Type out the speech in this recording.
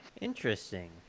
Interesting